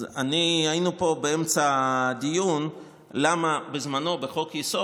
אז היינו פה באמצע הדיון למה בזמנו בחוק-יסוד